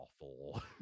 awful